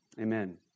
Amen